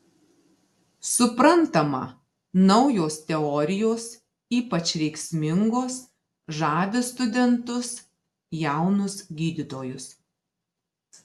suprantama naujos teorijos ypač rėksmingos žavi studentus jaunus gydytojus